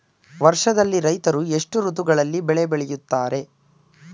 ವರ್ಷದಲ್ಲಿ ರೈತರು ಎಷ್ಟು ಋತುಗಳಲ್ಲಿ ಬೆಳೆ ಬೆಳೆಯುತ್ತಾರೆ?